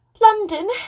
London